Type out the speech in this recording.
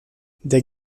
der